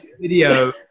video